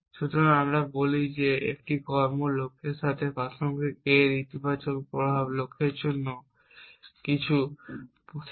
সুতরাং আমরা বলি যে একটি কর্ম A লক্ষ্যের সাথে প্রাসঙ্গিক যদি a এর ইতিবাচক প্রভাব লক্ষ্যের জন্য কিছু থাকে